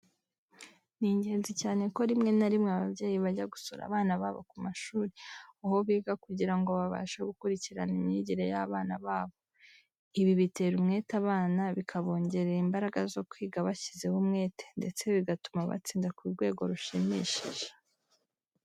Ni ingenzi cyane ko rimwe na rimwe ababyeyi bajya gusura abana babo ku mashuri, aho biga kugira ngo babashe gukurikirana imyigire y'abana babo. Ibi bitera umwete abana bikabongerera imbaraga zo kwiga bashyizeho umwete, ndetse bigatuma batsinda ku rwego rushimishije.